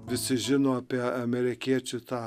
visi žino apie amerikiečių tą